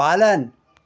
पालन